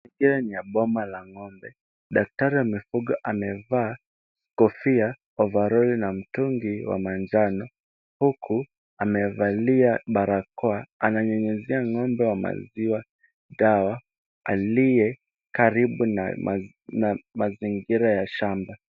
Hisia ni ya boma la ng'ombe, daktari amevaa kofia, ovaroli na mtungi wa manjano, huku amevalia barakoa. Amenyunyizia ng'ombe wa maziwa dawa aliyekaribu na mazingira ya shamba.